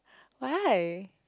why